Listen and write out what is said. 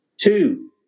Two